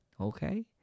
okay